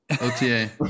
OTA